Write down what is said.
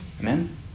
Amen